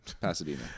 pasadena